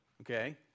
Okay